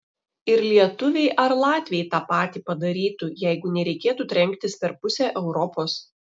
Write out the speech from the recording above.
ir lietuviai ar latviai tą patį padarytų jeigu nereikėtų trenktis per pusę europos